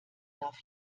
darf